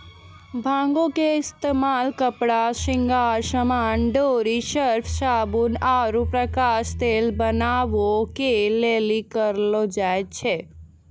भांगो के इस्तेमाल कपड़ा, श्रृंगार समान, डोरी, सर्फ, साबुन आरु प्रकाश तेल बनाबै के लेली करलो जाय छै